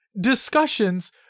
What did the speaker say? discussions